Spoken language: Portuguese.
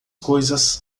coisas